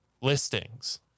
listings